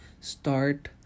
start